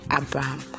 Abraham